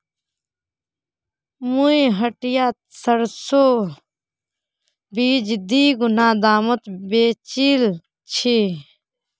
मुई हटियात सरसोर बीज दीगुना दामत बेचील छि